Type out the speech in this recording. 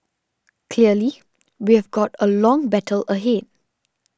clearly we've got a long battle ahead